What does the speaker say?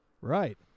right